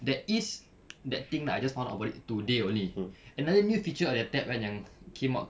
there is that thing lah I just found out about it today only another new feature of their tab kan yang came out